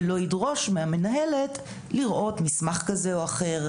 ולא ידרוש מהמנהלת לראות מסמך כזה או אחר,